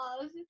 love